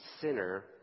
sinner